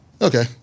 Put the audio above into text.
Okay